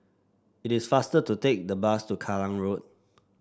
it is faster to take the bus to Kallang Road